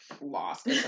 lost